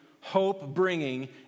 hope-bringing